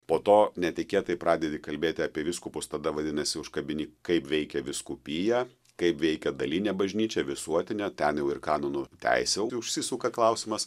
po to netikėtai pradedi kalbėti apie vyskupus tada vadinasi užkabini kaip veikia vyskupija kaip veikia dalinė bažnyčia visuotinė ten jau ir kanonų teisė užsisuka klausimas